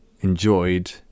enjoyed